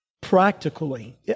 practically